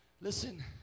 listen